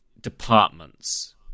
departments